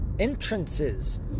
entrances